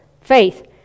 faith